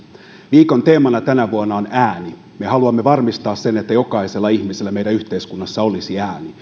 viikon teemana tänä vuonna on ääni me haluamme varmistaa sen että jokaisella ihmisellä meidän yhteiskunnassa olisi ääni